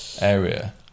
area